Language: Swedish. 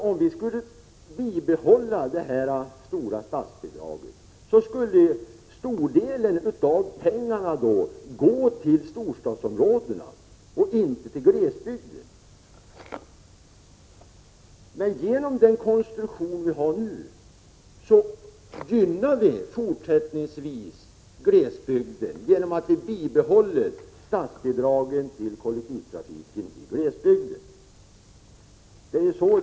Om vi skulle bibehålla det stora statsbidraget, skulle större delen av pengarna alltså gå till storstadsområdena och inte till glesbygden. Men genom den konstruktion vi har nu gynnar vi fortsättningsvis glesbygden, eftersom vi bibehåller statsbidraget till kollektivtrafiken just i glesbygden.